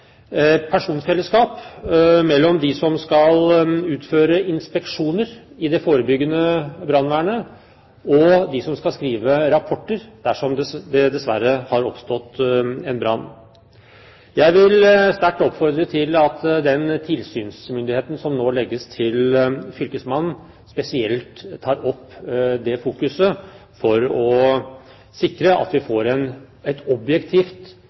personfellesskap mellom dem som skal utføre inspeksjoner i det forebyggende brannvernet, og dem som skal skrive rapporter dersom det dessverre har oppstått en brann. Jeg vil sterkt oppfordre til at den tilsynsmyndigheten som nå legges til fylkesmannen, spesielt fokuserer på dette for å sikre at vi får et objektivt